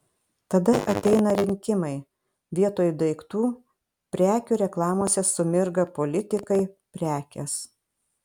tada ateina rinkimai vietoj daiktų prekių reklamose sumirga politikai prekės